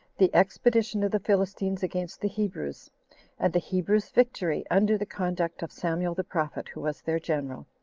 the expedition of the philistines against the hebrews and the hebrews' victory under the conduct of samuel the prophet, who was their general.